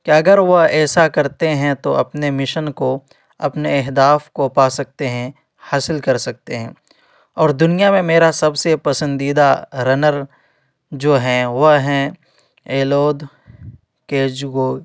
کہ اگر وہ ایسا کرتے ہیں تو اپنے مشن کو اپنے اہداف کو پا سکتے ہیں حاصل کر سکتے ہیں اور دنیا میں میرا سب سے پسندیدہ رنر جو ہیں وہ ہیں